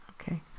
Okay